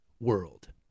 world